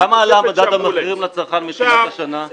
כמה עלה מדד המחירים לצרכן מתחילת השנה?